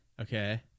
okay